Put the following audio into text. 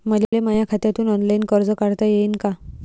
मले माया खात्यातून ऑनलाईन कर्ज काढता येईन का?